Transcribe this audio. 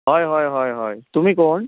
होय होय होय होय तुमी कोण